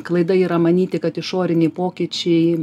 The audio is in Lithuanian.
klaida yra manyti kad išoriniai pokyčiai